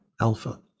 alpha